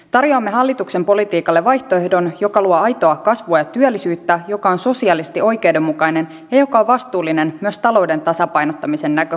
tarjoamme hallituksen politiikalle vaihtoehdon joka luo aitoa kasvua ja työllisyyttä joka on sosiaalisesti oikeudenmukainen ja joka on vastuullinen myös talouden tasapainottamisen näkökulmasta